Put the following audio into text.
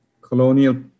colonial